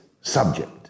subject